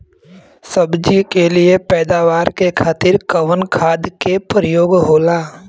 सब्जी के लिए पैदावार के खातिर कवन खाद के प्रयोग होला?